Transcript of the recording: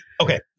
Okay